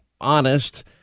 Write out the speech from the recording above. honest